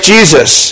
Jesus